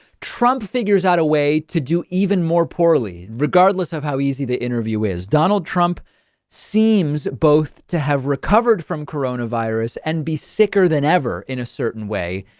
trump figures out a way to do even more poorly. regardless of how easy the interview is, donald trump seems both to have recovered from corona virus and be sicker than ever in a certain way.